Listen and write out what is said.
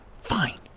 Fine